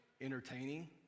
entertaining